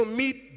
meet